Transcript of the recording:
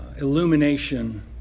illumination